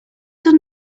done